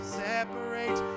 separate